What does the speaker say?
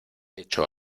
hecho